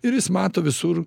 ir jis mato visur